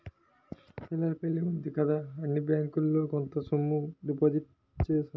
పిల్ల పెళ్లి ఉంది కదా అని బ్యాంకులో కొంత సొమ్ము డిపాజిట్ చేశాను